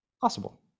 Possible